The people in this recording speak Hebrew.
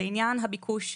לעניין הביקוש,